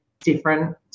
different